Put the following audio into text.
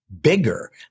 bigger